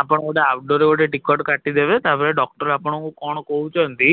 ଆପଣ ଗୋଟେ ଆଉଟଡ଼ୋରରେ ଗୋଟେ ଟିକେଟ୍ କାଟିଦେବେ ତା'ପରେ ଡ଼କ୍ଟର ଆପଣଙ୍କୁ କ'ଣ କହୁଛନ୍ତି